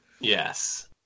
Yes